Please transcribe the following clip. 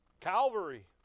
Calvary